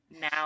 now